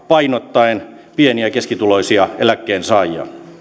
painottaen pieni ja keskituloisia eläkkeensaajia